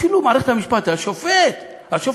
אפילו מערכת המשפט, השופט, השופט,